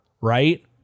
right